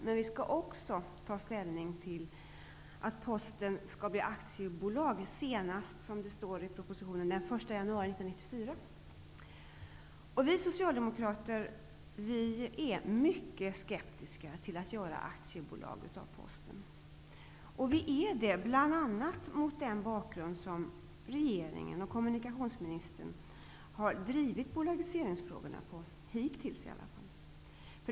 Men vi skall också ta ställning till huruvida Posten skall bli aktiebolag senast den 1 januari 1994. Vi socialdemokrater är mycket skeptiska till att omvandla Posten till aktiebolag, bl.a. mot bakgrund av hur regeringen och kommunikationsministern hittills har drivit bolagiseringsfrågorna.